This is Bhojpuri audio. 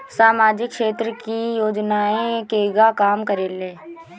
सामाजिक क्षेत्र की योजनाएं केगा काम करेले?